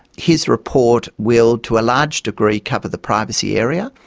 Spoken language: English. his report will, to a large degree, cover the privacy area,